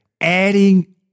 Adding